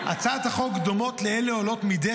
הינה: הצעות החוק דומות לאלה העולות מדי